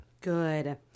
good